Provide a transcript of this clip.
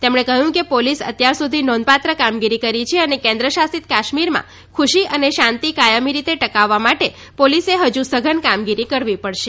તેમણે કહ્યું કે પોલીસ અત્યારસુધી નોંધપાત્ર કામગીરી કરી છે અને કેન્દ્ર શાસિત કાશ્મીરમાં ખુશી અને શાંતિ કાયમી રીતે ટકાવવા માટે પોલીસ હજુ સઘન કામગીરી કરવી પડશે